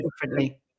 differently